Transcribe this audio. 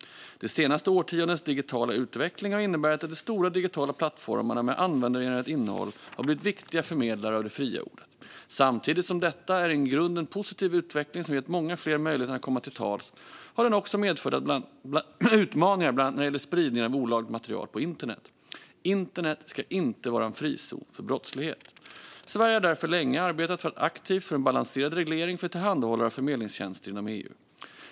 Det senaste årtiondets digitala utveckling har inneburit att de stora digitala plattformarna med användargenererat innehåll har blivit viktiga förmedlare av det fria ordet. Samtidigt som detta är en i grunden positiv utveckling som gett många fler möjligheten att komma till tals har den också medfört utmaningar, bland annat när det gäller spridningen av olagligt material på internet. Internet ska inte vara en frizon för brottslighet. Sverige har därför länge arbetat aktivt för en balanserad reglering för tillhandahållare av förmedlingstjänster inom EU.